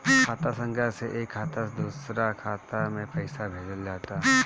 खाता संख्या से एक खाता से दूसरा खाता में पईसा भेजल जात हवे